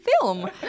film